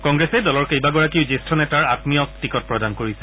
কংগ্ৰেছে দলৰ কেইবাগৰাকীও জ্যেষ্ঠ নেতাৰ আমীয়ক টিকট প্ৰদান কৰিছে